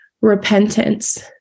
repentance